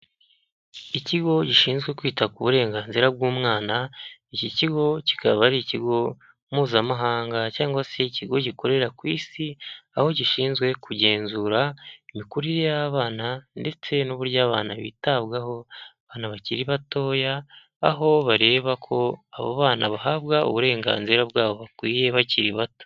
Ikigo gishinzwe kwita ku burenganzira bw'umwana iki kigo kikaba ari ikigo mpuzamahanga cyangwa se ikigo gikorera ku isi aho gishinzwe kugenzura imikurire y'abana ndetse n'uburyo abana bitabwaho abana bakiri batoya aho bareba ko abo bana bahabwa uburenganzira bwabo bakwiye bakiri bato.